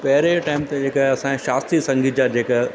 पहिरें टाइम ते जेका असांजा शास्त्रीय संगीत जा जेका